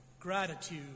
gratitude